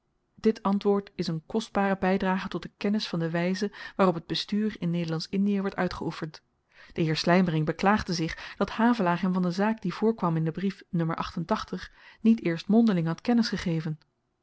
dit antwoord is eene kostbare bydrage tot de kennis van de wyze waarop het bestuur in nederlandsch indie wordt uitgeoefend de heer slymering beklaagde zich dat havelaar hem van de zaak die voorkwam in den brief n niet eerst mondeling had kennis gegeven